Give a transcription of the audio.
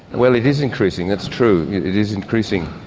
well it is increasing that's true, it is increasing.